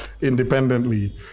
independently